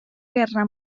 guerra